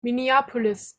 minneapolis